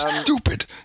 Stupid